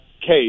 case